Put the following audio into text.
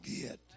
get